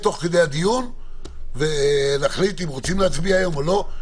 תוך כדי הדיון נחליט אם רוצים להצביע היום או לא.